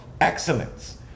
excellence